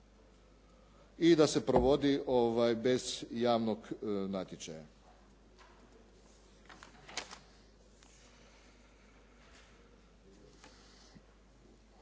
i da se provodi bez javnog natječaja.